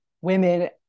women